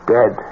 Dead